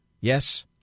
Yes